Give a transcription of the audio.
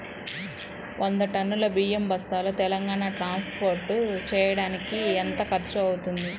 వంద టన్నులు బియ్యం బస్తాలు తెలంగాణ ట్రాస్పోర్ట్ చేయటానికి కి ఎంత ఖర్చు అవుతుంది?